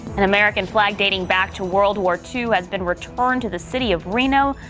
american flag dating back to world war two has been returned to the city of reno,